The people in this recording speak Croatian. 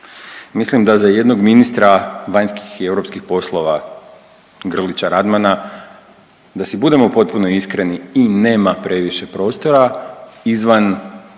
Mislim da za jednog ministra vanjskih i europskih poslova Grlića Radmana, da si budemo potpuno iskreni i nema previše prostora izvan